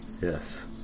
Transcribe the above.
Yes